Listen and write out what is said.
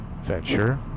venture